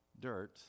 dirt